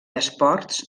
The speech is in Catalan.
esports